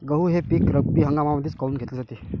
गहू हे पिक रब्बी हंगामामंदीच काऊन घेतले जाते?